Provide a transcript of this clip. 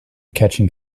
catching